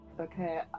Okay